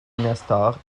nestor